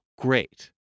Great